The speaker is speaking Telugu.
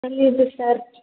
లేదు సార్